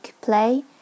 play